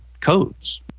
codes